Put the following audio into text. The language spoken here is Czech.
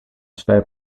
své